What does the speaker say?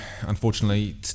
unfortunately